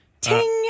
Ting